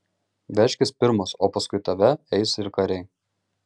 veržkis pirmas o paskui tave eis ir kariai